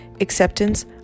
acceptance